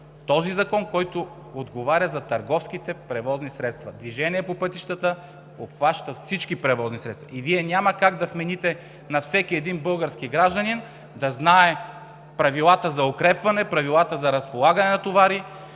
Законът, който отговаря за търговските превозни средства. Движението по пътищата обхваща всички превозни средства и Вие няма как да вмените на всеки български гражданин да знае правилата за укрепване, правилата за разполагане на товари.